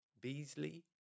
Beasley